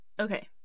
Okay